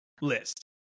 list